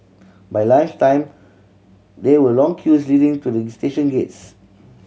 by lunch time there were long queues leading to the station gates